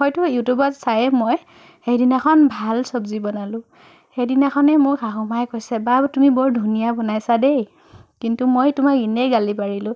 হয়তো ইউটিউবত চায়ে মই সেইদিনাখন ভাল চব্জি বনালোঁ সেইদিনাখনেই মোৰ শাহুমায়ে কৈছে বা তুমি বৰ ধুনীয়া বনাইছা দেই কিন্তু মই তোমাক এনেই গালি পাৰিলোঁ